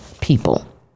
people